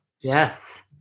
Yes